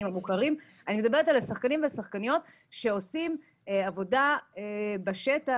אני מדברת על שחקנים שעושים עבודות בשטח,